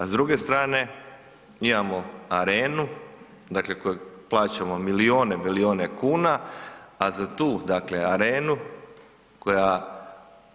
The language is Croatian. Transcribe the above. A s druge strane mi imamo Arenu dakle koju plaćamo milijune i milijune kuna, a za tu dakle arenu, koja